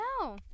No